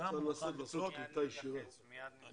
ייקח זמן עד שהם יצאו.